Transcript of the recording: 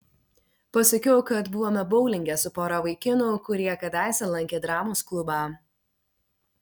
pasakiau kad buvome boulinge su pora vaikinų kurie kadaise lankė dramos klubą